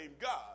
God